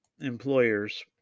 employers